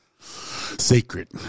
Sacred